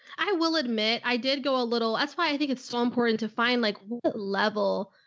i will admit i did go a little, that's why i think it's still important to find like what level.